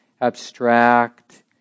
abstract